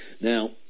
now